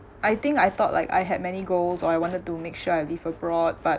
I think I thought like I had many goals or I wanted to make sure I live abroad but